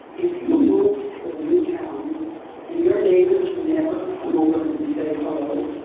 if you move to a new town and your neighbors never come over and say, hello,